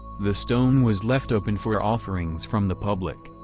the stone was left open for offerings from the public.